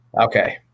Okay